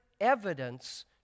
evidence